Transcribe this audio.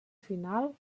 final